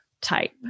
type